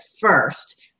first